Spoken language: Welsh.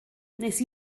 nes